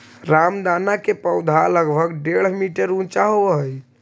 रामदाना के पौधा लगभग डेढ़ मीटर ऊंचा होवऽ हइ